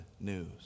news